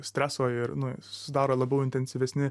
streso ir susidaro labiau intensyvesni